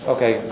Okay